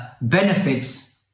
benefits